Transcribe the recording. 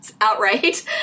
outright